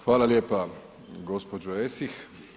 Hvala lijepa gospođo Esih.